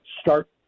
start